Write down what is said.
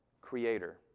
creator